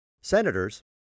senators